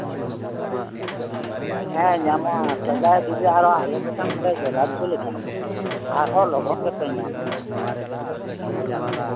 ᱦᱮᱸ ᱧᱟᱢᱚᱜᱼᱟ ᱛᱚᱵᱮ ᱡᱚᱫᱤ ᱟᱞᱮ ᱠᱚᱴᱷᱮᱱ ᱯᱮ ᱡᱳᱜᱟᱡᱳᱜ ᱞᱮᱠᱷᱟᱱ ᱟᱨᱦᱚᱸ ᱞᱚᱜᱚᱱ ᱜᱮᱯᱮ ᱧᱟᱢᱟ